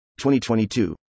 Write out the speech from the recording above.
2022